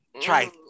Try